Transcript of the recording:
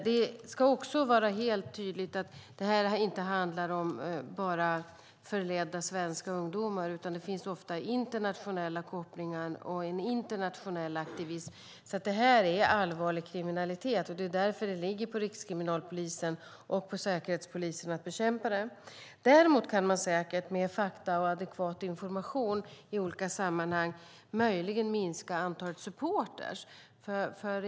Det handlar inte heller bara om förledda svenska ungdomar, utan det finns ofta internationella kopplingar och en internationell aktivism. Det är allvarlig kriminalitet, och det är därför det ligger på Rikskriminalpolisen och Säkerhetspolisen att bekämpa den. Däremot kan man säkert med fakta och adekvat information i olika sammanhang möjligen minska antalet supportrar.